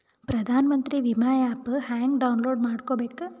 ಪ್ರಧಾನಮಂತ್ರಿ ವಿಮಾ ಆ್ಯಪ್ ಹೆಂಗ ಡೌನ್ಲೋಡ್ ಮಾಡಬೇಕು?